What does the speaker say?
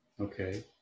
Okay